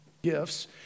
gifts